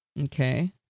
Okay